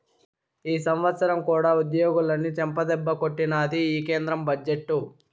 ఈ సంవత్సరం కూడా ఉద్యోగులని చెంపదెబ్బే కొట్టినాది ఈ కేంద్ర బడ్జెట్టు